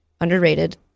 underrated